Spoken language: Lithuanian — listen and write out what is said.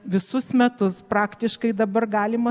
visus metus praktiškai dabar galima